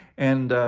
and,